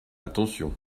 attention